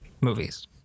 movies